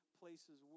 places